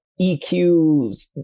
EQs